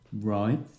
Right